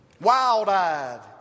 Wild-eyed